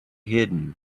hidden